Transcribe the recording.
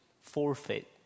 forfeit